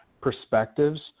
perspectives